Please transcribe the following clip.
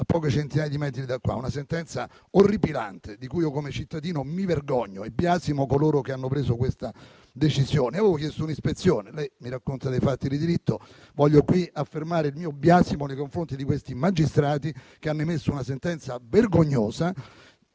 a poche centinaia di metri da qua: una sentenza orripilante, di cui io, come cittadino, mi vergogno e biasimo coloro che hanno preso questa decisione. Avevo chiesto un'ispezione. Lei mi racconta fatti di diritto, ma voglio affermare in questa sede il mio biasimo nei confronti dei magistrati che hanno emesso una sentenza vergognosa,